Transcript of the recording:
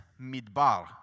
midbar